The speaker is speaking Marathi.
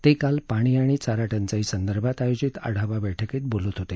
ते काल पाणी आणि चारा टंचाई संदर्भात आयोजित आढावा बैठकीत बोलत होते